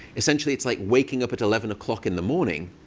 essentially, it's like waking up at eleven o'clock in the morning.